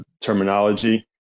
terminology